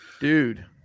dude